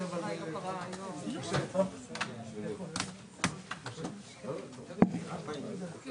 הישיבה ננעלה בשעה 11:36.